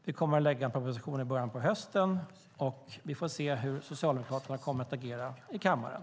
Vi kommer att lägga fram en proposition i början på hösten, och vi får se hur Socialdemokraterna kommer att agera i kammaren.